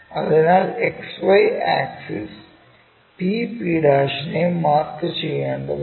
അതിനാൽ XY axis p p' നെ mark ചെയ്യേണ്ടതുണ്ട്